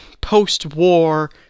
post-war